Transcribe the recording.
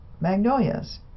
Magnolias